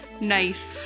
Nice